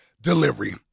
Delivery